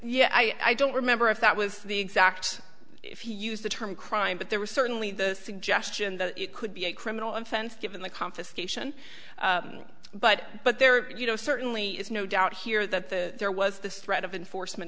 yeah i don't remember if that was the exact if you use the term crime but there was certainly the suggestion that it could be a criminal offense given the confiscation but but there are you know certainly is no doubt here that the there was this threat of enforcement